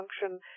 function